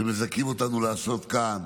שמזכים אותנו ועושים כאן,